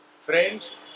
Friends